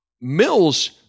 Mills